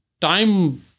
time